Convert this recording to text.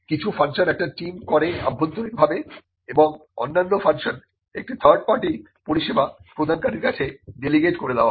কিছু ফাংশন একটা টিম করে অভ্যন্তরীণভাবে এবং অন্যান্য ফাংশন একটি থার্ড পার্টি পরিষেবা প্রদানকারীর কাছে ডেলিগেট করা হয়